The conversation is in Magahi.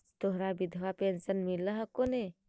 तोहरा विधवा पेन्शन मिलहको ने?